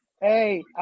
Hey